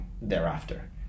thereafter